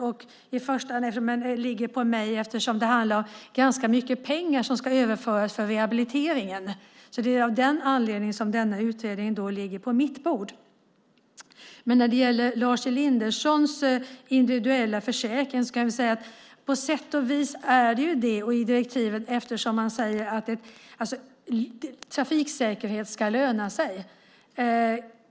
Detta ligger på mig eftersom det handlar om ganska mycket pengar som ska överföras för rehabiliteringen. Det är av den anledningen som denna utredning ligger på mitt bord. När det gäller Lars Elindersons fråga om en individuell försäkring kan man säga att det på sätt och vis är det eftersom man säger att trafiksäkerhet ska löna sig.